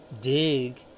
dig